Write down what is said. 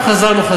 עכשיו חזרנו,